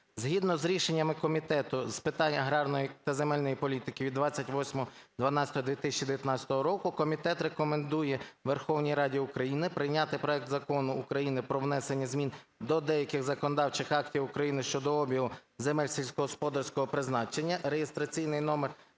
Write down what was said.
Згідно з рішеннями Комітету з питань аграрної та земельної політики від 28.12.2019 року комітет рекомендує Верховній Раді України прийняти проект Закону України про внесення змін до деяких законодавчих актів України щодо обігу земель сільськогосподарського призначення (реєстраційний номер